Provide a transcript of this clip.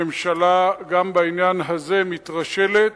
הממשלה גם בעניין הזה מתרשלת,